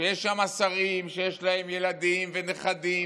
שיש שם שרים שיש להם ילדים ונכדים,